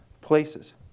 places